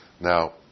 Now